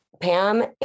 Pam